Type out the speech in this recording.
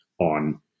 on